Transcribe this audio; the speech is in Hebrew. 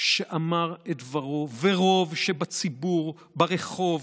שאמר את דברו, ורוב הציבור, ברחוב,